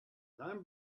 down